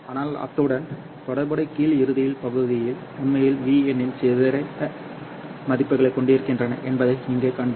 ஆனால் அதனுடன் தொடர்புடைய கீழ் இறுதியில் பகுதிகள் உண்மையில் V எண்ணின் சிறிய மதிப்புகளைக் கொண்டிருக்கின்றன என்பதை இங்கே காண்பீர்கள்